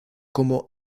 como